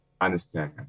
understand